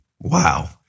Wow